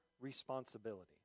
responsibility